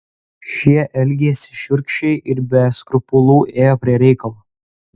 šie elgėsi šiurkščiai ir be skrupulų ėjo prie reikalo